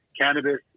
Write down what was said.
cannabis